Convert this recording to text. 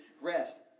rest